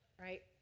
right